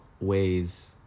ways